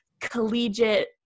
Collegiate